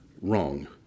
wrong